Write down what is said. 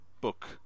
book